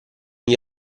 gli